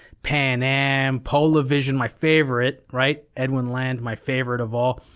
pan am, polavision, my favorite, right? edwin land, my favorite of all.